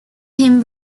him